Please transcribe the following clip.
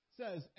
says